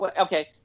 Okay